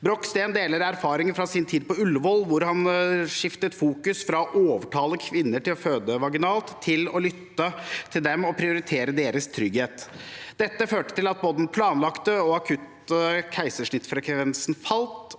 Brook Steen deler erfaringer fra sin tid på Ullevål, hvor han skiftet fokus fra å overtale kvinner til å føde vaginalt til å lytte til dem og prioritere deres trygghet. Dette førte til at både den planlagte og akutte keisersnittfrekvensen falt,